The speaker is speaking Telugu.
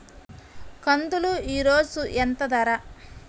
కందులు ఈరోజు ఎంత ధర?